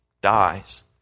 dies